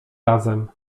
razem